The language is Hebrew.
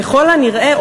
ככל הנראה,